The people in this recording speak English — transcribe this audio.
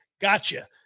gotcha